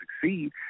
succeed